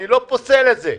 אני לא פוסל את זה.